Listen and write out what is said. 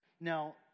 Now